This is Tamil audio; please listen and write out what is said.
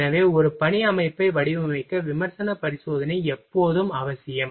எனவே ஒரு பணி அமைப்பை வடிவமைக்க விமர்சன பரிசோதனை எப்போதும் அவசியம்